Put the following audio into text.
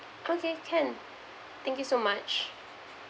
okay can thank you so much